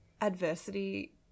adversity